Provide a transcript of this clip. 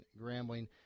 Grambling